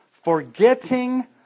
forgetting